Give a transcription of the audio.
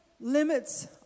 limits